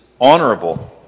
honorable